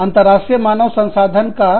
अंतरराष्ट्रीय मानव संसाधन का व्यवसायीकरण